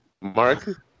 Mark